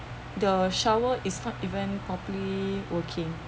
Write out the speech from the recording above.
the shower is not even properly working